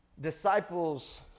disciples